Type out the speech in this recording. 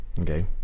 Okay